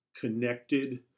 connected